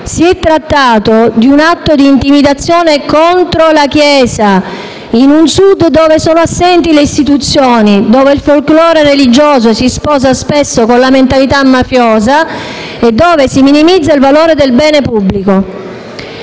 Si è trattato di un atto di intimidazione contro la Chiesa, in un Sud dove sono assenti le istituzioni, dove il folklore religioso si sposa spesso con la mentalità mafiosa, e dove si minimizza il valore del bene pubblico.